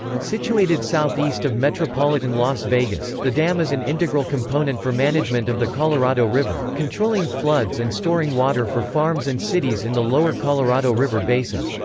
situated southeast of metropolitan las vegas, the dam is an integral component for management of the colorado river, controlling floods and storing water for farms and cities in the lower colorado river basin.